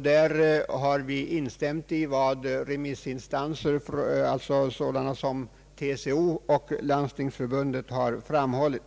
Där har vi instämt i vad sådana remissinstanser som TCO och Landstingsförbundet framhållit.